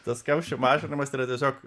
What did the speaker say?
tas kamščių mažinimas yra tiesiog